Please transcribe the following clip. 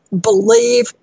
Believe